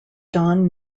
don